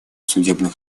судебного